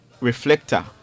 reflector